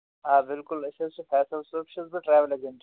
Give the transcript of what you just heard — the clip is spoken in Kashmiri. آ بِلکُل أسۍ حظ چھِ فیصل صٲب چھُس بہٕ ٹرٛیوٕل اٮ۪جٮ۪نٛٹ